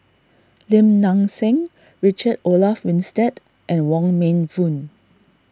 Lim Nang Seng Richard Olaf Winstedt and Wong Meng Voon